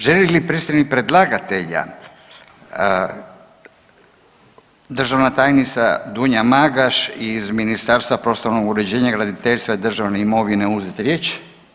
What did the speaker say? Želi li predstavnik predlagatelja, državna tajnica Dunja Magaš iz Ministarstva prostornog uređenja, graditeljstva i državne imovine uzeti riječ?